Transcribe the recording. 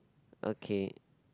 okay